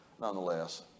nonetheless